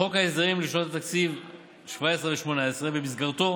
חוק ההסדרים לשנות התקציב 2018-2017. במסגרתו